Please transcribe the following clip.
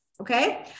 okay